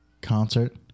concert